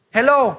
Hello